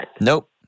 Nope